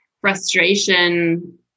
frustration